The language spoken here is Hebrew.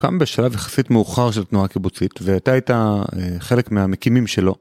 קם בשלב יחסית מאוחר של תנועה קיבוצית ואתה הייתה חלק מהמקימים שלו.